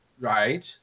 Right